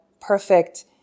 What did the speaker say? perfect